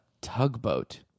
tugboat